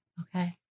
Okay